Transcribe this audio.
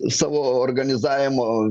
savo organizavimo